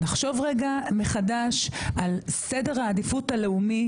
נחשוב רגע מחדש על סדר העדיפות הלאומי